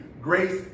grace